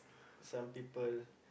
some people